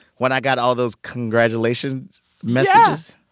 when i got all those congratulations messages?